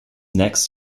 next